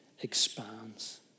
expands